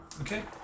Okay